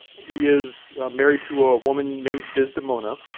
he is married to a woman named disdemona.